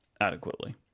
adequately